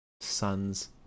sons